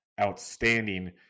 outstanding